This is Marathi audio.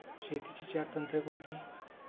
शेतीची चार तंत्रे कोणती?